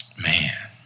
Man